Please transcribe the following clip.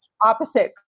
opposite